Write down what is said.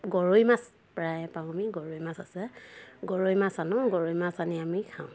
গৰৈ মাছ প্ৰায়ে পাওঁ আমি গৰৈ মাছ আছে গৰৈ মাছ আনোঁ গৰৈ মাছ আনি আমি খাওঁ